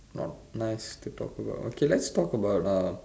not nice to talk about okay let's talk about uh